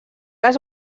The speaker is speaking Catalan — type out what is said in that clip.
les